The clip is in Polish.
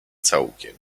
całkiem